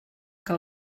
que